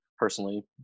Personally